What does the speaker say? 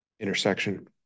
Intersection